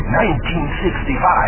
1965